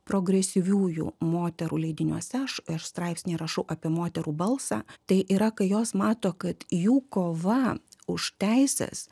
progresyviųjų moterų leidiniuose aš straipsnį rašau apie moterų balsą tai yra kai jos mato kad jų kova už teises